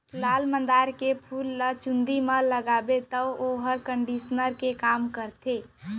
लाल मंदार के फूल ल चूंदी म लगाबे तौ वोहर कंडीसनर के काम करथे